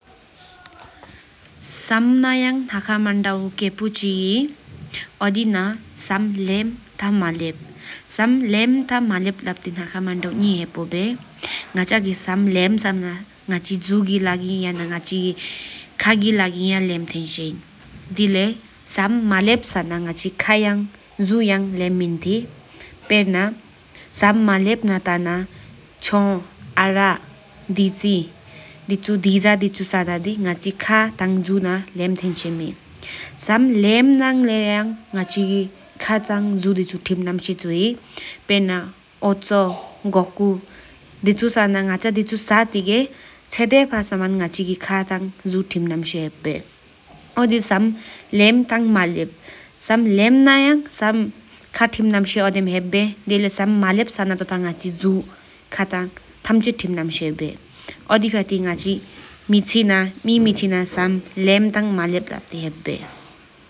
བསམ་ན་ཡ་ནག་ཁ་མོན་དབེའོ་སྐད་པོ་ཕྱིའི་ཧེའོ་སྒོ་ནོར་བསམ་ལེམ་ཐ་མ་ལེམ། བསམ་ལེམ་ཐ་མ་ལེམ་ལབ་ཏི་ནག་ཁ་མོན་དབེའོ་ངེ་དེས་པོ་བྱ་ཡི། ང་གཅའ་གི་བསམ་ལེམ་བསལ་ན་ང་ཅའ་སྐ་ཐ་ཁ་དེ་ཆོ་ཡ་ལེམ་ཐེན་ཤེས་ནན། དི་ལེ་ང་ཅ་གི་བསམ་མལེམ་བསལ་ན་ང་ཅའ་སྐ་ཡ་ལེམ་མིན་ཐེས། ཕིར་ན་ཆང་ཨ་ར་ཐང་དེ་ཅ་གི་བསལ་ན་ང་ཅའ་ལེ་ཙག་བོ་དེབ་ལོ་ཡང་ལེམ་མི་ཐོས། བསམ་ལེན་ལ་ལེ་ཡང་ང་ཅའ་བསང་དེ་ཆོ་ཐིམ་ནམ་དེ་ཧེ། ཕིར་སི་མི་ནེ་སྐན་ནོར་བསྐད་པོ་ཧེའོ། གོ་ཧེའོ་་ཨོ་དེ་ཕྱི་ཏི་བསམ་ན་ཡང་ཁ་ཐི་མ་ནོར་ཕ།